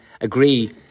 agree